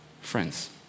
Friends